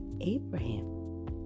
Abraham